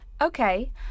Okay